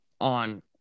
on